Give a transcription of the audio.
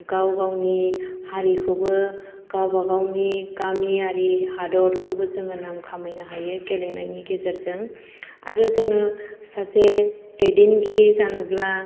गाव गावनि हारिखौबो गावबा गावनि गामियारि हादरखौबो जोङो नाम खामायनो हायो गेलेनायनि गेजेरजों आरो जोङो सासे दैदेनगिरि जानोब्ला